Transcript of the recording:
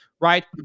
right